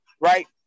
right